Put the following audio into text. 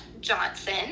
johnson